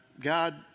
God